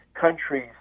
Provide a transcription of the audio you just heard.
countries